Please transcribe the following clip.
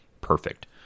perfect